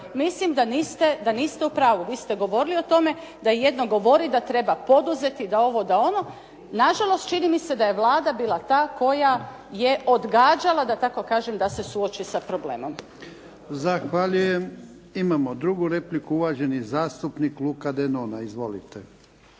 mislim da niste u pravu. Vi ste govorili o tome, da je jedno govoriti, da treba poduzeti da ovo, da ono. Na žalost, čini mi se da je Vlada bila ta koja je odgađala da tako kažem da se suoči sa problemom. **Jarnjak, Ivan (HDZ)** Zahvaljujem. Imamo drugu repliku. Uvaženi zastupnik Luka Denona. Izvolite.